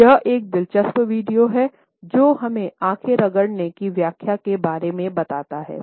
यह एक दिलचस्प वीडियो है जो हमें आँख रगड़ने की व्याख्याओं के बारे में बताता है